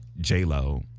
J-Lo